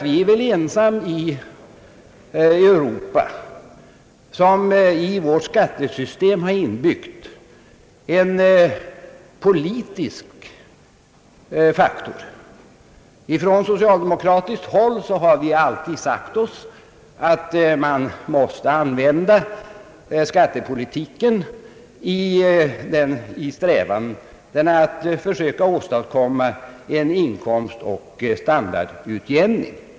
Vi är nämligen ensamma i Europa om att i vårt skattesystem ha inbyggd en politisk faktor. Från socialdemokratiskt håll har vi alltid sagt oss, att man måste använda skatepolitiken i strävandena att försöka åstadkomma en inkomstoch standardutjämning.